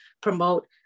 promote